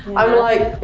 i'm like,